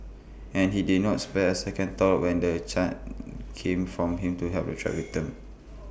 and he did not spare A second thought when the chance came from him to help the trapped victims